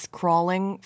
crawling